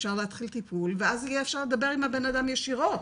אפשר להתחיל טיפול ואז יהיה אפשר לדבר עם בנאדם ישירות,